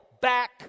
back